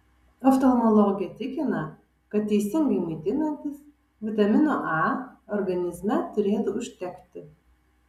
oftalmologė tikina kad teisingai maitinantis vitamino a organizme turėtų užtekti